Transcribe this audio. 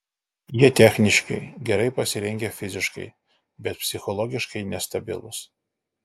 jie techniški gerai pasirengę fiziškai bet psichologiškai nestabilūs